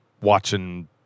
watching